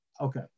Okay